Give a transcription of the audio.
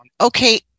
Okay